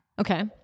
Okay